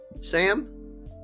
Sam